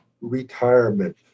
retirement